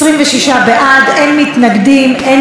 26 בעד, אין מתנגדים, אין